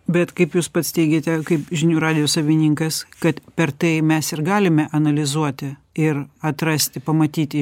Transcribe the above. bet kaip jūs pats teigiate kaip žinių radijo savininkas kad per tai mes ir galime analizuoti ir atrasti pamatyti